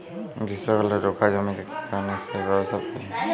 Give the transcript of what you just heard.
গ্রীষ্মকালে রুখা জমিতে কি ধরনের সেচ ব্যবস্থা প্রয়োজন?